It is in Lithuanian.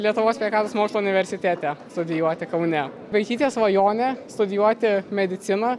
lietuvos sveikatos mokslų universitete studijuoti kaune vaikystės svajonė studijuoti mediciną